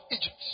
Egypt